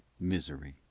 MISERY